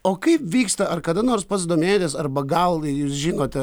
o kaip vyksta ar kada nors pats domėjotės arba gal žinot